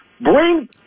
Bring